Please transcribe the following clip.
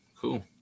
Cool